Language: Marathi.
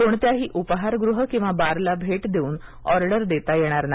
कोणत्याही उपाहारगृह किंवा बारला भेट देऊन ऑर्डर देता येणार नाही